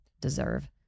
deserve